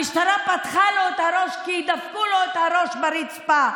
המשטרה פתחה לו את הראש כי דפקו לו את הראש ברצפה,